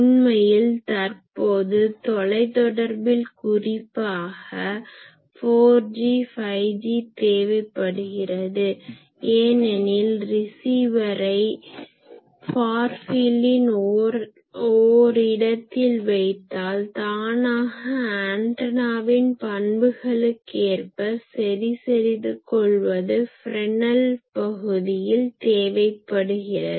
உண்மையில் தற்போது தொலைதொடர்பில் குறிப்பாக 4G 5G தேவைப்படுகிறது ஏனெனில் ரிசீவரை Receiver வாங்கி ஃபார் ஃபீல்டின் ஓர் இடத்தில் வைத்தால் தானாக ஆன்டனாவின் பண்புகளுக்கேற்ப சரி செய்து கொள்வது ஃப்ரெஸ்னல் பகுதியில் தேவைப்படுகிறது